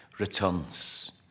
returns